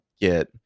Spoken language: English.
get